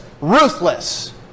ruthless